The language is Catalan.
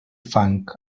fang